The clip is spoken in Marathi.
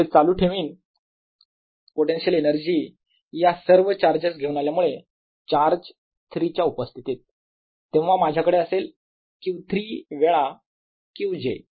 पुढे मी चालु ठेवीन पोटेन्शिअल एनर्जी या सर्व चार्जेस घेऊन आल्यामुळे चार्ज 3 च्या उपस्थितीत तेव्हा माझ्याकडे असेल Q3 वेळा q j